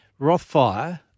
Rothfire